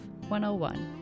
101